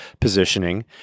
positioning